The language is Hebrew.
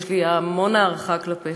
ויש לי המון הערכה כלפיך,